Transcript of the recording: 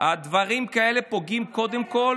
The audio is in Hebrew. הדברים האלה פוגעים קודם כול